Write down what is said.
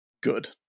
Good